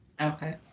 Okay